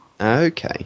Okay